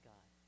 God